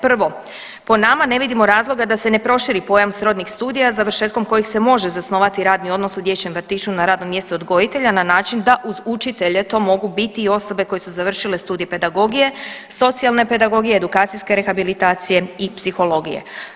Prvo, po nama ne vidimo razloga da se ne proširi pojam srodnih studija završetkom kojih se može zasnovati radni odnos u dječjem vrtiću na radnom mjestu odgojitelja na način da uz učitelje to mogu biti i osobe koje su završile studij pedagogije, socijalne pedagogije, edukacijske rehabilitacije i psihologije.